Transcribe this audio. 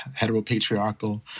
heteropatriarchal